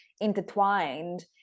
intertwined